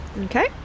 Okay